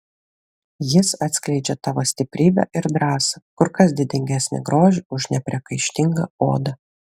jis atskleidžia tavo stiprybę ir drąsą kur kas didingesnį grožį už nepriekaištingą odą